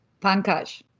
Pankaj